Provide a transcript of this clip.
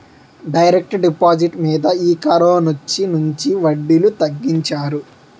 direct deposit మీద ఈ కరోనొచ్చినుంచి వడ్డీలు తగ్గించారు